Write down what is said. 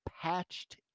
patched